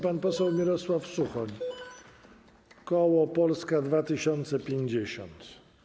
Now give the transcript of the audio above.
Pan poseł Mirosław Suchoń, koło Polska 2050.